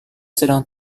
sedang